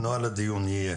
נוהל הדיון יהיה